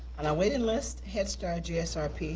on our waiting list, head start dsrp,